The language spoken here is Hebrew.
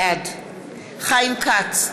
בעד חיים כץ,